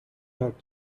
had